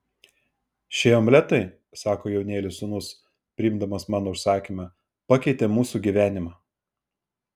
šie omletai sako jaunėlis sūnus priimdamas mano užsakymą pakeitė mūsų gyvenimą